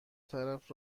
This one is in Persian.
طرف